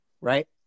right